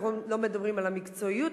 אנחנו לא מדברים על המקצועיות.